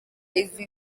izi